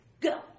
go